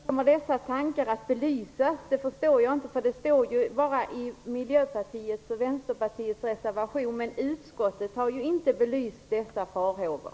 Herr talman! Hur kommer dessa tankar att belysas? Jag förstår inte hur det skall gå till. De finns ju bara i Miljöpartiets och Vänsterpartiets reservation. Utskottet har inte belyst dessa farhågor.